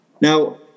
Now